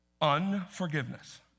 Unforgiveness